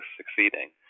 succeeding